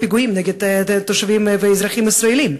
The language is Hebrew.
פיגועים נגד תושבים ואזרחים ישראלים.